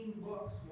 books